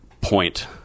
point